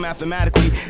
Mathematically